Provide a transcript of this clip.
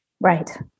Right